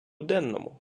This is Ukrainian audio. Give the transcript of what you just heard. денному